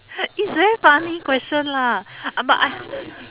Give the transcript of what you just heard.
it's very funny question lah uh but I